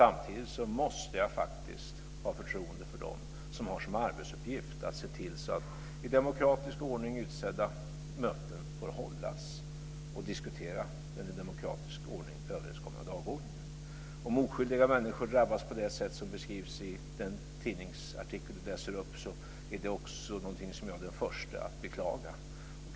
Samtidigt måste jag ha förtroende för dem som har som arbetsuppgift att se till så att i demokratisk ordning utsedda möten får hållas, där man diskuterar den i demokratisk ordning överenskomna dagordningen. Om oskyldiga människor drabbas på det sätt som beskrivs i den tidningsartikel Sven Bergström läser upp är jag den förste att beklaga det.